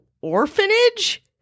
orphanage